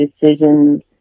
decisions